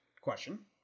question